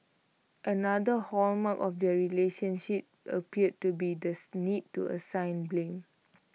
another hallmark of their relationship appeared to be the to assign blame